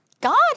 God